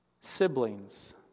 siblings